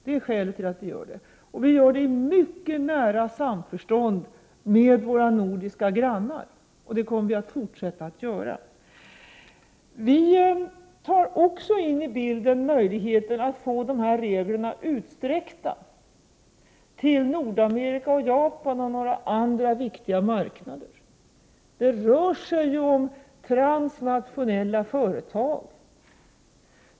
Det är skälet till att vi gör detta. Vi gör det i mycket nära samförstånd med våra nordiska grannar, och det kommer vi att fortsätta att göra. Vi tar också ini bilden möjligheten att få dessa regler utsträckta till att gälla Nordamerika och Japan och några andra viktiga marknader. Det rör sig om transnationella företag.